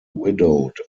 widowed